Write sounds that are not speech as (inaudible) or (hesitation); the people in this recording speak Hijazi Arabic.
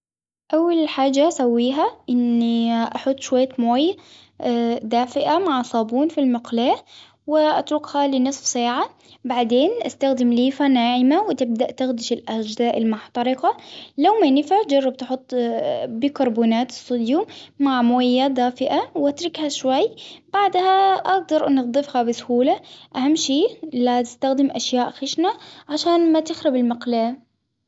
أول حاجة أسويها أن (hesitation) أحط شوية ماية (hesitation) دافئة مع صابون في المقلاة وأتركها لنصف ساعة بعدين استخدم ليفة ناعمة وتبدأ تاخدي في الاجزاء المحترقة لو ما نفع جرب تحط (hesitation) بيكربونات الصوديوم مع موية دافئة شوي. بعدها أقدر إنك تضيفها بسهولة. أهم شي لا تستخدم أشياء خشنة عشان ما تشرب المقلاة.